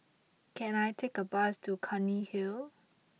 can I take a bus to Clunny Hill